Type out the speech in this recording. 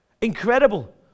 Incredible